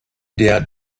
der